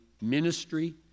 ministry